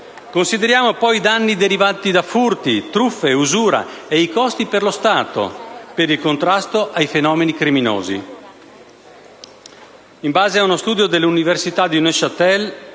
Consideriamo poi i danni derivanti da furti, truffe, usura e i costi per lo Stato per il contrasto ai fenomeni criminosi.